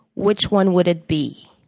which one would it be?